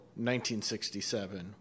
1967